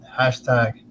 Hashtag